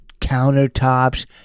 countertops